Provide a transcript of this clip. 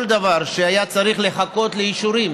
כל דבר שהיה צריך לחכות בשבילו לאישורים